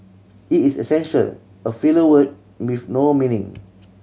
it is essential a filler word with no meaning